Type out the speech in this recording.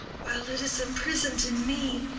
while it is imprisoned in me,